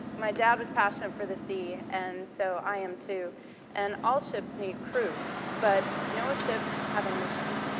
my dad was passionate for the sea and so i am too and all ships need crew but noaa ships have mission.